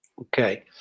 Okay